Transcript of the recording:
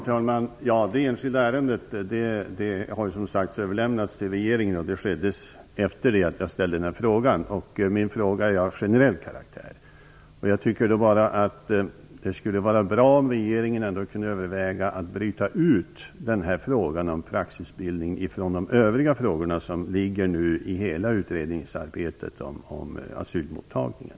Herr talman! Det enskilda ärendet har som sagt överlämnats till regeringen. Det skedde efter det att jag ställt denna fråga. Men min fråga är av generell karaktär. Det skulle vara bra om regeringen kunde överväga att bryta ut frågan om praxisbildning från de övriga frågor som ligger i hela utredningsarbetet om asylmottagningen.